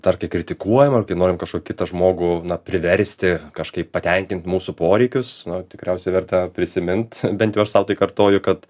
dar kai kritikuojam ar kai norim kažką kitą žmogų priversti kažkaip patenkint mūsų poreikius tikriausiai verta prisimint bent sau tai kartoju kad